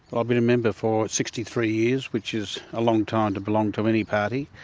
ah been a member for sixty three years, which is a long time to belong to any party.